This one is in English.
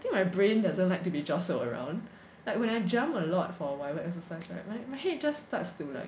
I think my brain doesn't like to be jostled around like when I jumped a lot for whatever exercise [right] my head just starts to like